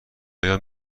آیا